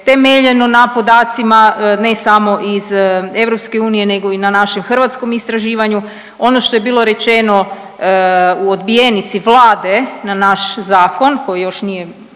temeljeno na podacima, ne samo iz EU nego i na našem hrvatskom istraživanju. Ono što je bilo rečeno u odbijenici Vlade na naš zakon, koji još nije,